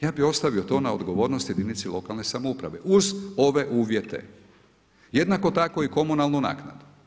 Ja bih ostavio to na odgovornost jedinici lokalne samouprave uz ove uvjete, jednako tako i komunalnu naknadu.